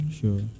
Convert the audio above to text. Sure